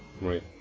Right